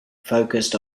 focused